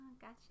gotcha